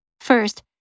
First